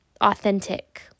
authentic